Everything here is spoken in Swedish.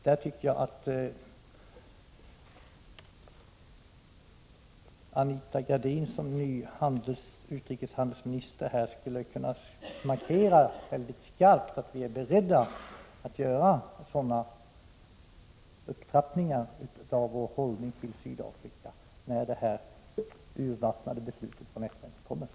Jag tycker att Anita Gradin som ny utrikeshandelsminister här mycket skarpt skulle kunna markera att vi är beredda att göra sådana upptrappningar av vår hållning till Sydafrika när det urvattnade FN-beslutet har fattats.